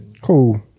Cool